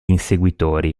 inseguitori